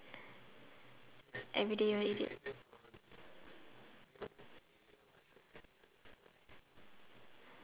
everyday you'll eat it